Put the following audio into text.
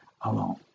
alone